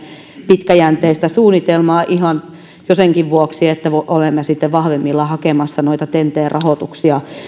pitkäjänteistä suunnitelmaa ihan jo senkin vuoksi että olemme sitten vahvemmilla hakemassa noita ten t rahoituksia